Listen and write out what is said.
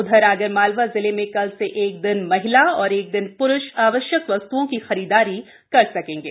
उधर आगरमालवा जिले में कल से एक दिन महिला और एक दिन प्रूष आवश्यक वस्तुओं की खरीददारी कर सकेगें